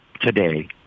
today